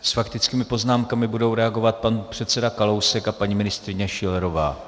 S faktickými poznámkami budou reagovat pan předseda Kalousek a paní ministryně Schillerová.